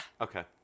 Okay